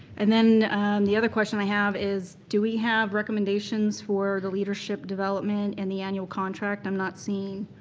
and then the other question i have is do we have recommendations for the leadership development and the annual contract? i'm not seeing,